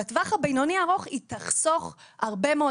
בטווח הבינוני ארוך היא תחסוך הרבה מאוד